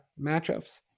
matchups